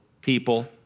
people